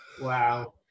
Wow